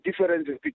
differences